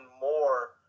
more